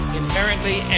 inherently